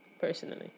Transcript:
personally